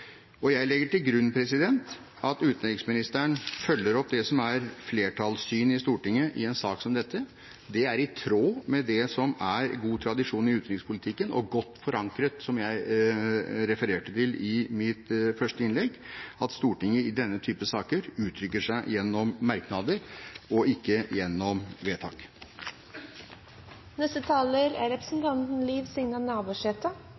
Jeg legger til grunn at utenriksministeren følger opp det som er flertallssynet i Stortinget i en sak som dette. Det er i tråd med det som er god tradisjon i utenrikspolitikken, og det er godt forankret, som jeg refererte til i mitt første innlegg, at Stortinget i denne typen saker uttrykker seg gjennom merknader og ikke gjennom